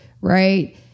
right